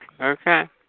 Okay